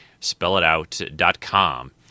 Spellitout.com